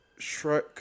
Shrek